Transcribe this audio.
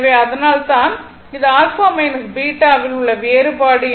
எனவே அதனால்தான் இது α β இல் உள்ள வேறுபாடு